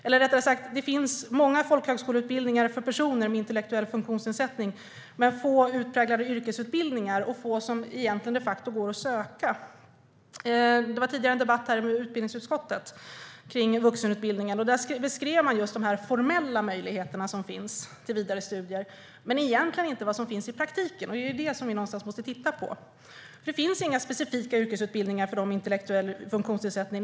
Eller, rättare sagt: Det finns många folkhögskoleutbildningar för personer med intellektuell funktionsnedsättning men få utpräglade yrkesutbildningar - och få som de facto går att söka. Det var tidigare en debatt med utbildningsutskottet om vuxenutbildningen där man beskrev just de formella möjligheter till vidare studier som finns, men egentligen inte vad som finns i praktiken. Det är det vi någonstans måste titta på. Det finns inga specifika yrkesutbildningar för dem med intellektuell funktionsnedsättning.